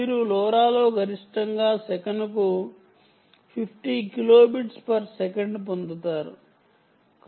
మీరు లోరాలో గరిష్టంగా సెకనుకు 50 కిలో బిట్స్ పర్ సెకండ్ పొందుతారు